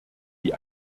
die